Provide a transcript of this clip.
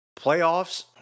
playoffs